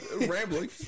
Rambling